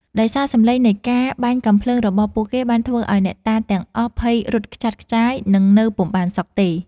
ដោយសារសំឡេងនៃការបាញ់កាំភ្លើងរបស់ពួកគេ បានធ្វើឲ្យអ្នកតាទាំងអស់ភ័យរត់ខ្ចាត់ខ្ចាយ និងនៅពុំបានសុខទេ។